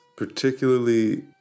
particularly